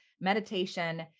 meditation